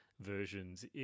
versions